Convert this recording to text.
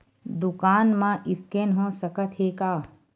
दुकान मा स्कैन हो सकत हे का?